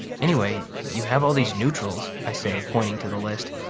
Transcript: anyway, you have all these neutrals, i say, pointing to the list.